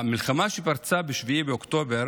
המלחמה שפרצה ב-7 באוקטובר